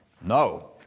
No